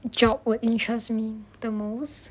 job were interest me the most